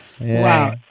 wow